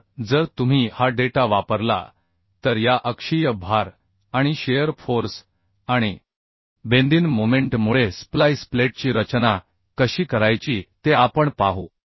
तर जर तुम्ही हा डेटा वापरला तर या अक्षीय भार आणि शिअर फोर्स आणि बेंदिन मोमेंट मुळे स्प्लाइस प्लेटची रचना कशी करायची ते आपण पाहू